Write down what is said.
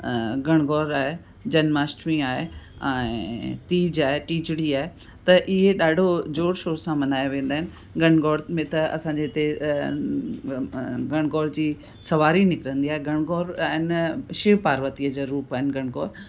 घनघोर आहे जन्माष्टमी आहे ऐं तीज आहे टीजिड़ी आहे त इहे ॾाढो ज़ोरु शोरु सां मल्हायां वेंदा आहिनि घनघोर में त असांजे हिते घनघोर जी सवारी निकिरंदी आहे घनघोर आहिनि शिव पार्वतीअ जा रूप आहिनि घनघोर